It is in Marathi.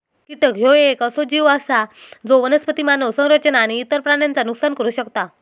कीटक ह्यो येक असो जीव आसा जो वनस्पती, मानव संरचना आणि इतर प्राण्यांचा नुकसान करू शकता